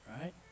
right